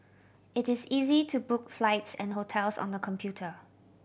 it is easy to book flights and hotels on the computer